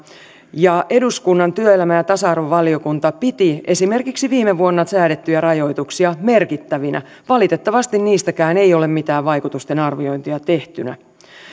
ja eduskunnan työelämä ja tasa arvovaliokunta piti esimerkiksi viime vuonna säädettyjä rajoituksia merkittävinä valitettavasti niistäkään ei ole mitään vaikutusten arviointia tehtynä